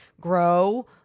grow